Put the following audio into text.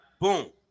Boom